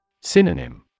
Synonym